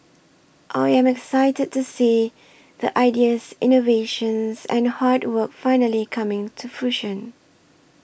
I am excited to see the ideas innovations and hard work finally coming to fruition